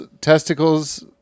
testicles